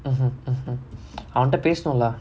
mmhmm mmhmm அவன்ட பேசுனு:avantta paesanu lah